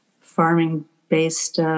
farming-based